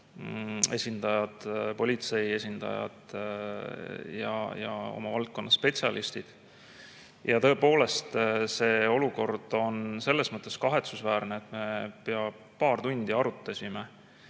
esindajad, politsei esindajad ja valdkonna spetsialistid. Tõepoolest see olukord on selles mõttes kahetsusväärne, et me pea paar tundi arutasime